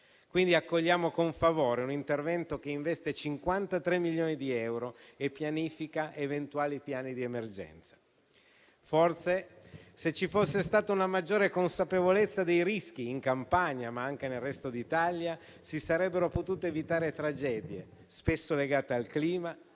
quindi con favore un intervento che investe 53 milioni di euro e pianifica eventuali piani di emergenza. Forse, se ci fosse stata una maggiore consapevolezza dei rischi in Campania, ma anche nel resto d'Italia, si sarebbero potute evitare tragedie spesso legate al clima,